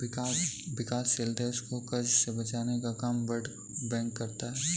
विकासशील देश को कर्ज से बचने का काम वर्ल्ड बैंक करता है